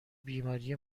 بیماری